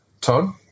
Todd